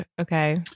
Okay